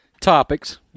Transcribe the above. topics